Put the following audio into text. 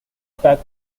back